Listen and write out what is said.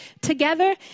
together